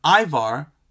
Ivar